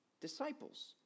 disciples